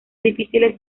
difíciles